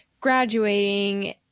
graduating